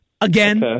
Again